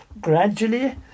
gradually